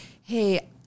hey